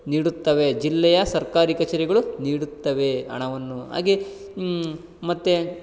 ನೀಡುತ್ತವೆ ಜಿಲ್ಲೆಯ ಸರ್ಕಾರಿ ಕಚೇರಿಗಳು ನೀಡುತ್ತವೆ ಹಣವನ್ನು ಹಾಗೇ ಮತ್ತು